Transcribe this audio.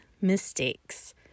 mistakes